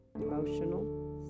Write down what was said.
emotional